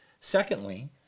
Secondly